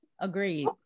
Agreed